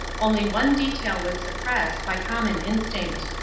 only one detail was suppressed, by common instinct.